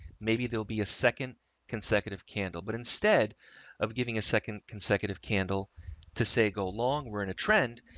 maybe there'll be a second consecutive candle, but instead of giving a second consecutive candle to say, go long, we're in a trend.